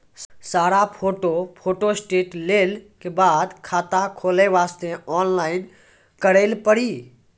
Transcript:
सारा photo photostat लेल के बाद खाता खोले वास्ते ऑनलाइन करिल पड़ी?